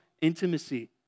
intimacy